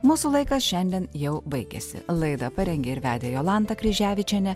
mūsų laikas šiandien jau baigėsi laidą parengė ir vedė jolanta kryževičienė